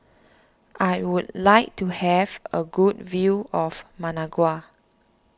I would like to have a good view of Managua